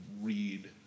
read